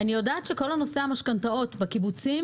אני יודעת שכל נושא המשכנתאות בקיבוצים